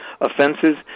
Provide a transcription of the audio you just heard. offenses